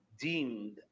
deemed